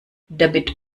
damit